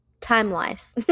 time-wise